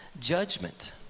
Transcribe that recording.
judgment